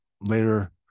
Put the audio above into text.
later